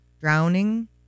drowning